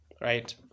Right